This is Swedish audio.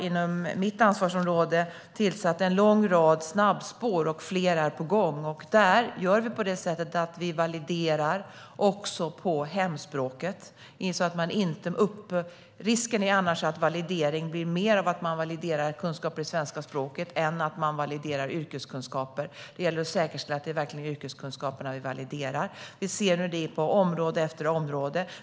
Inom mitt ansvarsområde har vi infört en lång rad snabbspår, och fler är på gång. Där valideras också på hemspråket. Risken är annars att validering blir mer av att validera kunskaper i svenska språket än att validera yrkeskunskaper. Det gäller att säkerställa att det verkligen är yrkeskunskaperna som valideras. Det sker på område efter område.